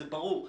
זה ברור.